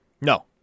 No